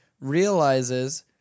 realizes